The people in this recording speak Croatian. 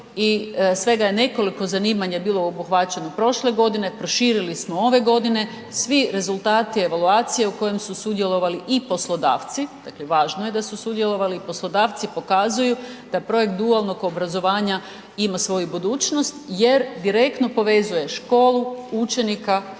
i svega je nekoliko zanimanja bilo obuhvaćeno prošle godine, proširili smo ove godine, svi rezultati evaluacije u kojem su sudjelovali i poslodavci, dakle važno je da su sudjelovali, poslodavci pokazuju da projekt dualnog obrazovanja ima svoju budućnost jer direktno povezuje školu, učenika